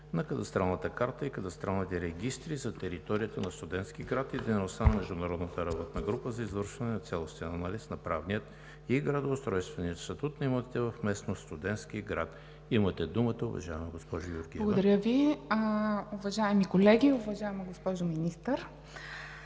на кадастралната карта и кадастралните регистри за територията на Студентски град и дейността на Международната работна група за извършване на цялостен анализ на правния и градоустройствения статут на имотите в местност „Студентски град“. Имате думата, уважаема госпожо Георгиева. ТЕОДОРА ГЕОРГИЕВА (ГЕРБ): Благодаря Ви. Уважаеми колеги! Уважаема госпожо Министър,